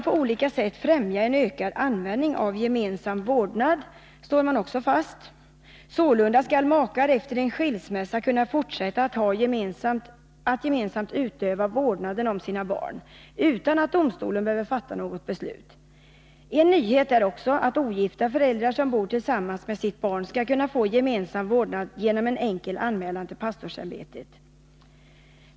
På olika sätt bör en ökad användning av gemensam vårdnad främjas, slår man också fast. Sålunda skall makar efter en skilsmässa kunna fortsätta att gemensamt utöva vårdnaden om sina barn, utan att domstolen behöver fatta något beslut. En nyhet är också att ogifta föräldrar som bor tillsammans med sitt barn skall kunna få gemensam vårdnad genom en enkel anmälan till pastorsämbetet.